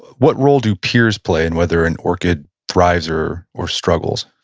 what role do peers play in whether an orchid thrives or or struggles?